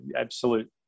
absolute